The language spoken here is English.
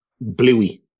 Bluey